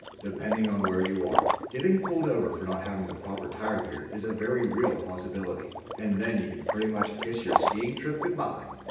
depending on where you are, getting pulled over for not having the proper tire gear is a very real possibility, and then you can pretty much kiss your skiing trip goodbye.